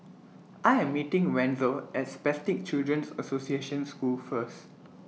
I Am meeting Wenzel At Spastic Children's Association School First